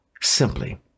Simply